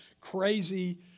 crazy